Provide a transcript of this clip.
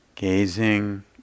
gazing